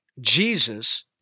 Jesus